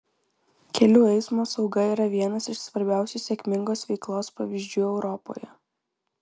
kelių eismo sauga yra vienas iš svarbiausių sėkmingos veiklos pavyzdžių europoje